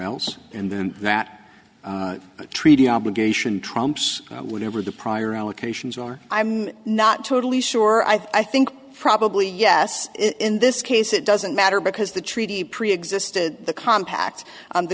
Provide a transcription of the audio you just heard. else and then that treaty obligation trumps whatever the prior allocations are i'm not totally sure i think probably yes in this case it doesn't matter because the treaty preexisted the compact